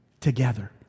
together